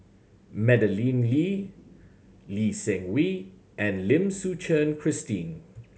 Madeleine Lee Lee Seng Wee and Lim Suchen Christine